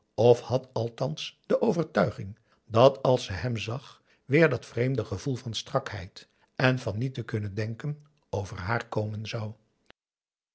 of had althans de overtuiging dat als ze hem zag weer dat vreemde gevoel van strakheid en van niet te kunnen denken over haar komen zou